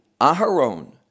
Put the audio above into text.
Aharon